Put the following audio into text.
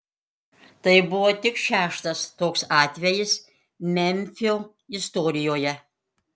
tai buvo tik šeštas toks atvejis memfio istorijoje